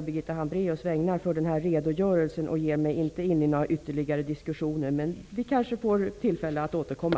Birgitta Hambraeus vägnar för denna redogörelse och ger mig inte in i några ytterligare diskussioner. Vi kanske får tillfälle att återkomma.